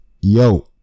Yo